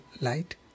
light